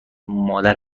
مادر